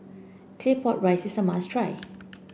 Claypot Rice is a must try